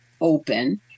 open